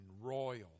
royal